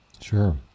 Sure